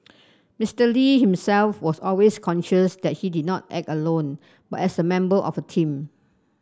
Mister Lee himself was always conscious that he did not act alone but as a member of a team